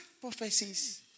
prophecies